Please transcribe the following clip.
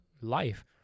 life